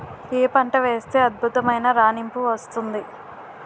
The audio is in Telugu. ఏ పంట వేస్తే అద్భుతమైన రాణింపు వస్తుంది?